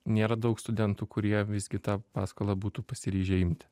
nėra daug studentų kurie visgi tą paskolą būtų pasiryžę imti